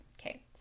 Okay